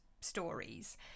stories